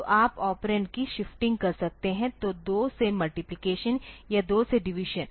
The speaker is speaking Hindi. तो आप ऑपरेंड की शिफ्टिंग कर सकते हैं तो 2 से मल्टिप्लिकेशन या 2 से डिवीज़न